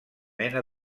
mena